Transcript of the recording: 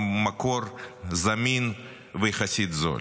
הם מקור זמין ויחסית זול.